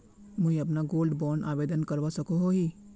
मुई अपना gold bond आवेदन करवा सकोहो ही?